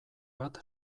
bat